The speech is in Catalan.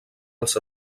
els